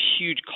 huge